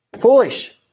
Foolish